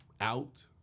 out